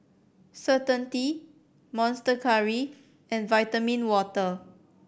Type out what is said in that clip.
Certainty Monster Curry and Vitamin Water